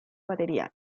batería